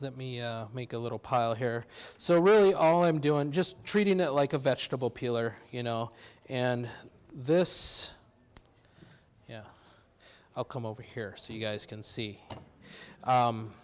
let me make a little pile here so really all i'm doing just treating it like a vegetable peeler you know and this yeah i'll come over here so you guys can see